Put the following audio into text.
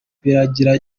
birangira